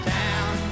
town